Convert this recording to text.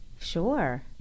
Sure